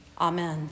Amen